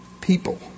people